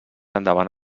endavant